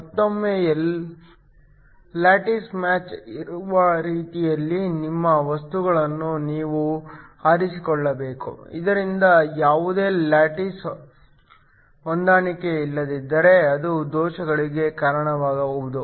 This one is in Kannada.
ಮತ್ತೊಮ್ಮೆ ಲ್ಯಾಟಿಸ್ ಮ್ಯಾಚ್ ಇರುವ ರೀತಿಯಲ್ಲಿ ನಿಮ್ಮ ವಸ್ತುಗಳನ್ನು ನೀವು ಆರಿಸಿಕೊಳ್ಳಬೇಕು ಇದರಿಂದ ಯಾವುದೇ ಲ್ಯಾಟಿಸ್ ಹೊಂದಾಣಿಕೆಯಿಲ್ಲದಿದ್ದರೆ ಅದು ದೋಷಗಳಿಗೆ ಕಾರಣವಾಗಬಹುದು